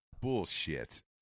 Bullshit